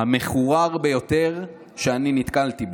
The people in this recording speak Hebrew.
המחורר ביותר שנתקלתי בו,